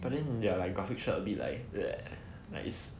but then their are like graphic shirts shit like a bit like nice